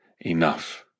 enough